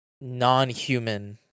non-human